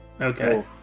Okay